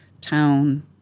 town